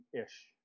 ish